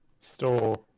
Store